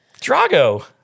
Drago